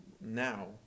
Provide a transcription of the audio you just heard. now